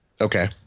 okay